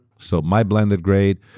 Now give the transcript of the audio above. so my blended grade,